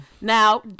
Now